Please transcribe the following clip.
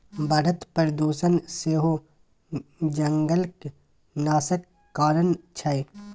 बढ़ैत प्रदुषण सेहो जंगलक नाशक कारण छै